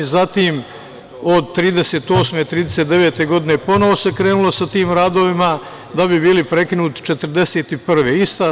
Zatim, od 1938, 1939. godine ponovo se krenulo sa tim radovima, da bi bili prekinuti 1941. godine.